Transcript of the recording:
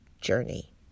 journey